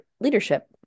leadership